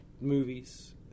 movies